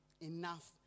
enough